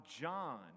John